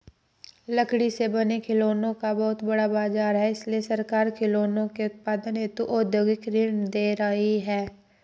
लकड़ी से बने खिलौनों का बहुत बड़ा बाजार है इसलिए सरकार खिलौनों के उत्पादन हेतु औद्योगिक ऋण दे रही है